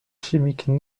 chimique